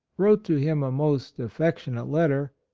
wrote to him a most affectionate letter,